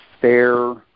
fair